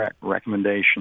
recommendation